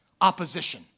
Opposition